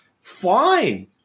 Fine